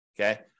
Okay